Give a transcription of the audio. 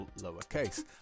lowercase